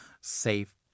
safe